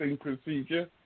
procedure